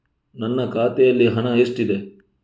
ನನ್ನ ಖಾತೆಯಲ್ಲಿ ಹಣ ಎಷ್ಟಿದೆ?